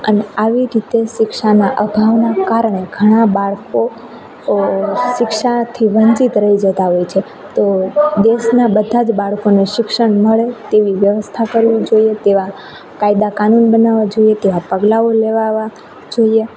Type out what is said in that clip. અને આવી રીતે શિક્ષાના અભાવના કારણે ઘણાં બાળકો શિક્ષાથી વંચિત રહી જતાં હોય છે તો દેશનાં બધાં જ બાળકોને શિક્ષણ મળે તેવી વ્યવસ્થા કરવી જોઈએ તેવા કાયદા કાનૂન બનાવવા જોઈએ તેવાં પગલાઓ લેવાવા જોઈએ